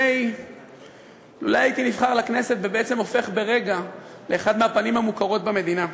לולא הייתי נבחר לכנסת ובעצם הופך ברגע לפנים מוכרות במדינה,